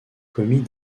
commis